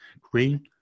Green